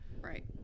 Right